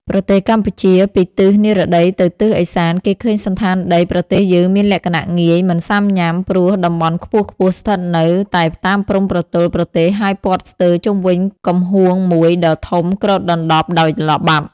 ប្រទេសកម្ពុជា ពីទិសនិរដីទៅទិស ឦសានគេឃើញសណ្ឋានដីប្រទេសយើងមានលក្ខណៈងាយ មិនសាំញាំ ព្រោះតំបន់ខ្ពស់ៗស្ថិតនៅ តែតាមព្រំប្រទល់ប្រទេសហើយព័ទ្ធស្ទើរជុំវិញកំហួងមួយដ៏ធំគ្របដណ្តប់ដោយល្បាប់។